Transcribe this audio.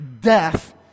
death